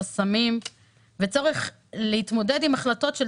חסמים וצורך להתמודד עם החלטות של